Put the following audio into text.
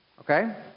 Okay